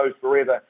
forever